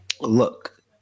look